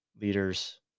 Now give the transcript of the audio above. leaders